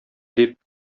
дип